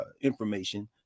information